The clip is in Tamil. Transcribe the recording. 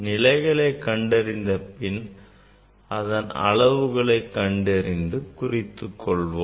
நிலைகளை கண்டறிந்த பின் அதன் அளவுகளை கண்டறிந்து குறித்துக் கொள்வோம்